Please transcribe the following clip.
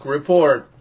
Report